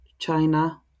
China